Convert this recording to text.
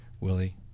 Willie